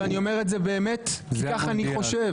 אני אומר את זה באמת כי ככה אני חושב.